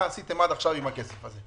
מה עשיתם עד עכשיו עם הכסף הזה.